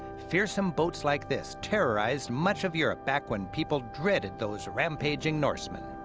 fearsome boats like this terrorized much of europe back when people dreaded those rampaging norsemen.